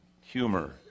humor